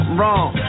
wrong